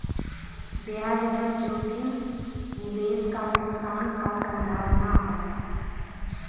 ब्याज दर जोखिम निवेश क नुकसान क संभावना हौ